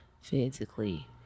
physically